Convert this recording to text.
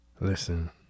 Listen